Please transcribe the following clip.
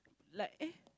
like eh